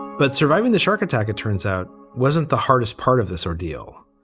but surviving the shark attack, it turns out, wasn't the hardest part of this ordeal.